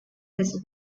his